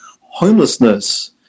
Homelessness